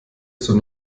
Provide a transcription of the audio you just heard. zur